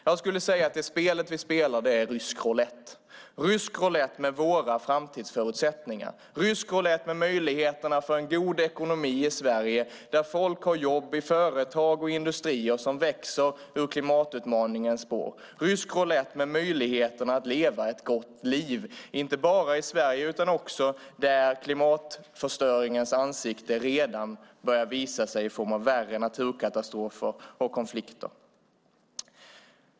Jag skulle säga att det spel vi spelar är rysk roulett - rysk roulett med våra framtidsförutsättningar, rysk roulett med möjligheterna till en god ekonomi i Sverige, där folk har jobb i företag och industrier som växer i klimatutmaningens spår, rysk roulett med möjligheterna att leva ett gott liv, inte bara i Sverige utan också där klimatförstöringens ansikte redan börjar visa sig i form av värre naturkatastrofer och konflikter.